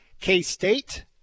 K-State